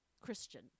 Christian